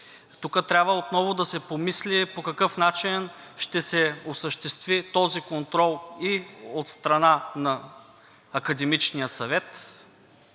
Тук трябва отново да се помисли по какъв начин ще се осъществи този контрол и от страна на академичния съвет,